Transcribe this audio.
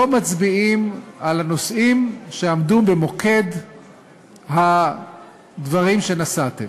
לא מצביעים על הנושאים שעמדו במוקד הדברים שנשאתם.